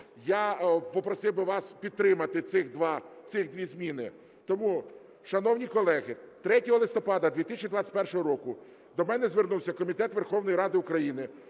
я попросив би вас підтримати ці дві зміни. Шановні колеги, 3 листопада 2021 року до мене звернувся Комітет Верховної Ради України